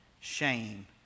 shame